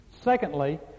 Secondly